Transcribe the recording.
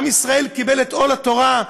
עם ישראל קיבל את עול התורה,